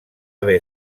haver